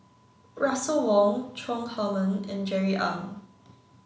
Russel Wong Chong Heman and Jerry Ng